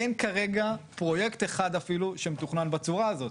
אין כרגע פרויקט אחד אפילו שמתוכנן בצורה הזאת.